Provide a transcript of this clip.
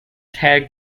tag